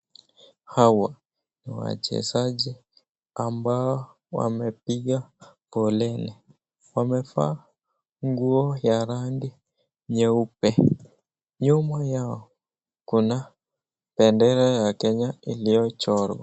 Hawa ni wachezaji ambao wamepiga foleni, wamevaa nguo ya rangi nyeupe, nyuma yao kuna bendera ya Kenya iliyochorwa.